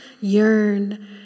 yearn